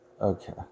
okay